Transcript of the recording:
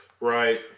Right